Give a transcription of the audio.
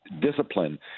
Discipline